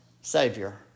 Savior